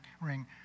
ring